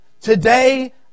Today